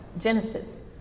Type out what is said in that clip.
Genesis